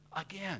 again